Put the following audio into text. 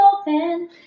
open